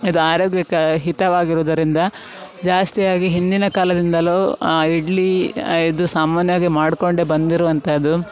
ಇದು ಆರೋಗ್ಯಕ್ಕೆ ಹಿತವಾಗಿರುವುದರಿಂದ ಜಾಸ್ತಿಯಾಗಿ ಹಿಂದಿನ ಕಾಲದಿಂದಲೂ ಇಡ್ಲಿ ಇದು ಸಾಮಾನ್ಯವಾಗಿ ಮಾಡಿಕೊಂಡೆ ಬಂದಿರುವಂಥದ್ದು